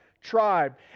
tribe